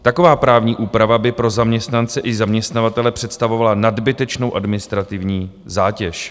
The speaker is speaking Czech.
Taková právní úprava by pro zaměstnance i zaměstnavatele představovala nadbytečnou administrativní zátěž.